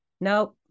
nope